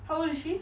how old is she